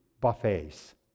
buffets